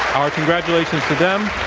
our congratulations to them.